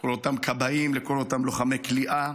לכל אותם כבאים, לכל אותם לוחמי כליאה.